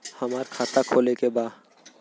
हमार खाता खोले के बा?